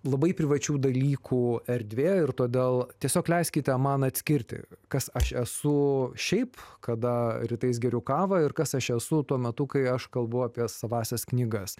labai privačių dalykų erdvė ir todėl tiesiog leiskite man atskirti kas aš esu šiaip kada rytais geriu kavą ir kas aš esu tuo metu kai aš kalbu apie savąsias knygas